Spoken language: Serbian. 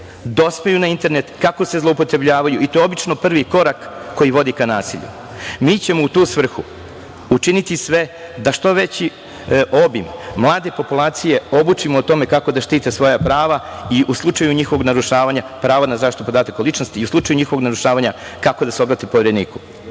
dospevaju na internet, kako se zloupotrebljavaju. To je obično prvi korak koji vodi ka nasilju. Mi ćemo u tu svrhu učiniti sve da što veći obim mlade populacije obučimo o tome kako da štite svoja prava, pravo na zaštitu podataka o ličnosti i u slučaju njihovog narušavanja kako da se obrate Povereniku. Na